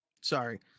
Sorry